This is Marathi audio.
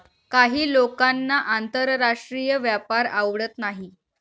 काही लोकांना आंतरराष्ट्रीय व्यापार आवडत नाही